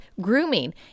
grooming